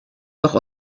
doch